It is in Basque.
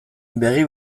begi